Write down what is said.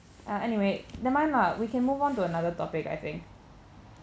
ya anyway never mind lah we can move on to another topic I think